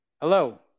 Hello